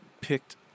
picked